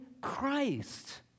Christ